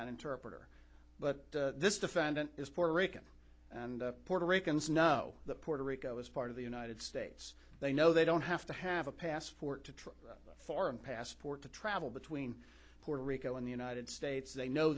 an interpreter but this defendant is puerto rican and puerto ricans know that puerto rico is part of the united states they know they don't have to have a passport to travel foreign passport to travel between puerto rico and the united states they know